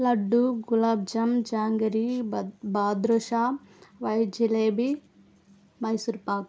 లడ్డు గులాబ్జామ్ జాంగరి బ బాదుషా వైట్ జిలేబీ మైసూర్ పాక్